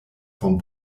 vom